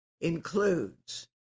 includes